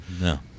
No